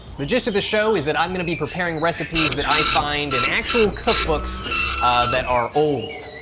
the gist of the show is that i'm gonna be preparing recipes that i find in actual cookbooks that are old.